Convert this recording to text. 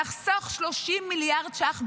נחסוך 30 מיליארד ש"ח בשנה.